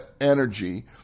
energy